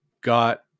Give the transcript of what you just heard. Got